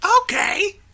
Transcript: Okay